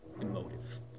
emotive